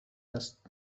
است